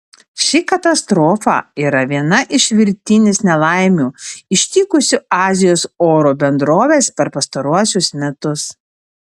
ši katastrofa yra viena iš virtinės nelaimių ištikusių azijos oro bendroves per pastaruosius metus